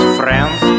friends